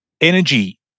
Energy